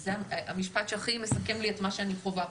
וזה המשפט שהכי מסכם לי את מה שאני חווה פה.